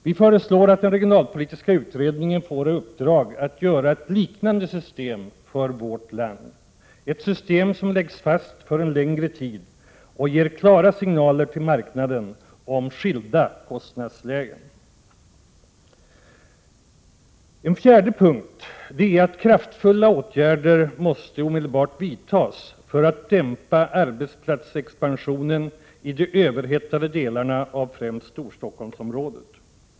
Vi föreslår att den regionalpolitiska utredningen skall få i uppdrag att göra ett liknande system för vårt land. Det skall vara ett system, som läggs fast för en längre tid och som ger klara signaler till marknaden om skilda kostnadslägen. För det fjärde gäller att kraftfulla åtgärder omedelbart måste vidtas för att dämpa arbetsplatsexpansionen i de överhettade delarna — främst i Storstockholmsområdet.